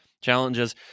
challenges